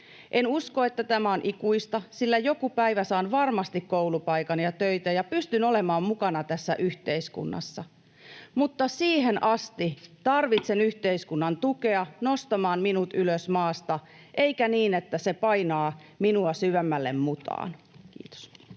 En usko, että tämä on ikuista, sillä joku päivä saan varmasti koulupaikan ja töitä ja pystyn olemaan mukana tässä yhteiskunnassa. Mutta siihen asti tarvitsen yhteiskunnan tukea nostamaan minut ylös maasta, eikä niin, että se painaa minua syvemmälle mutaan.” — Kiitos.